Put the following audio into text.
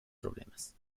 problemas